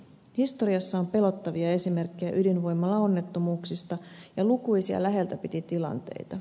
historiassa on pelottavia esimerkkejä ydinvoimalaonnettomuuksista ja lukuisia läheltä piti tilanteita